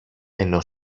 ενώ